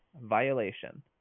violation